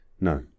No